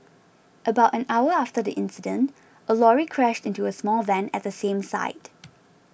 about an hour after the incident a lorry crashed into a small van at the same site